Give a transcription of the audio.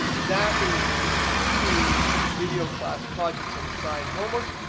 that means completing video class projects and assigned homeworks,